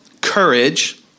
courage